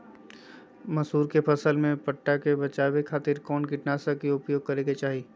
मसूरी के फसल में पट्टा से बचावे खातिर कौन कीटनाशक के उपयोग करे के चाही?